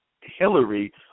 Hillary